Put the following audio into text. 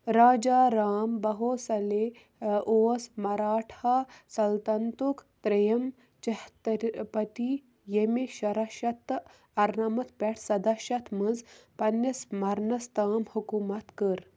راجا رام بہوسلے اوس مراٹھا سلطنتُک ترٛیٚیِم چھہتٔرِ پتی ییٚمہِ شُراہ شَتھ تہٕ اَرنَمَتھ پٮ۪ٹھ سداہ شَتھ منٛز پنٛنِس مرنَس تام حکوُمت کٔر